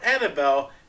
Annabelle